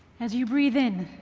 as you breathe in,